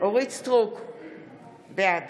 אורית מלכה סטרוק, בעד